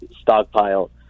stockpile